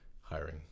hiring